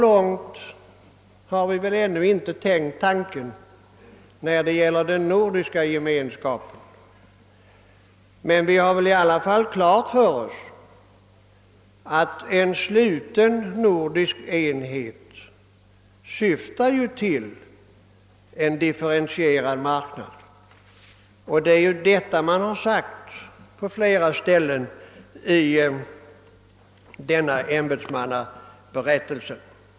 Så långt har vi väl inte tänkt tanken när det gäller den nordiska gemenskapen, men vi har väl i alla fall klart för oss att en sluten nordisk ekonomisk enhet syftar till en differentierad marknad, och det är det som framhållits på flera ställen i ämbetsmannaberättelsen.